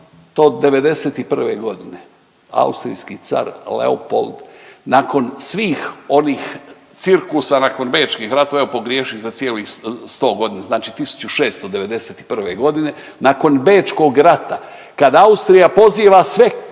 pf 791.g. austrijski car Leopold nakon svih onih cirkusa nakon bečkih ratova, evo pogriješih za cijelih 100 godina, znači 1691.g. nakon bečkog rata kad Austrija poziva sve